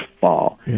fall